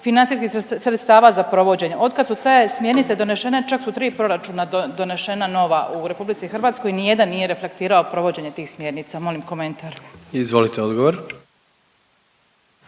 financijskih sredstava za provođenje. od kad su te smjernice donešene čak su tri proračuna donešena nova u RH, nijedan nije reflektirao provođenje tih smjernica. Molim komentar. **Jandroković,